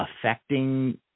affecting